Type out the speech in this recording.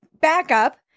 backup